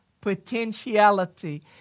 potentiality